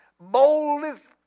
Boldest